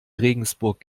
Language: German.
regensburg